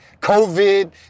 COVID